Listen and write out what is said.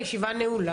הישיבה ננעלה